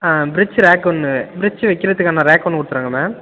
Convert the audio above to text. fridge rack ஒன்று fridge வைக்கிறதுக்கான rack ஒன்று கொடுத்துடுறாங்க மேம்